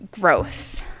growth